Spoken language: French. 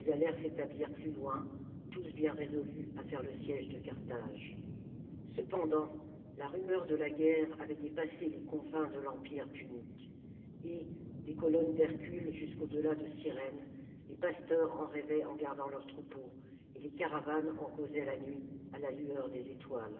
s'établir plus loin tous bien résolus à faire le siège de carthage cependant la rumeur de la guerre avait dépassé les confins de l'empire punique et des colonnes d'hercule jusqu'au delà de cyrène les pasteurs en rêvaient en gardant leurs troupeaux et les caravanes en causaient la nuit à la lueur des étoiles